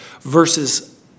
versus